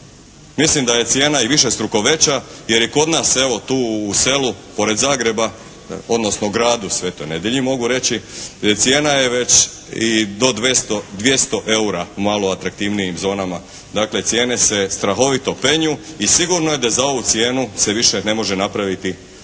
Mislim da je cijena i višestruko veća jer je kod nas evo tu u selu pored Zagreba odnosno gradu Svetoj Nedjelji cijena je već do 200 eura u malo atraktivnijim zonama. Dakle, cijene se strahovito penju i sigurno je da za ovu cijenu se više ne može napraviti